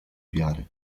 wiary